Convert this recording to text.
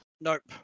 Nope